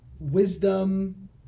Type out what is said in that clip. wisdom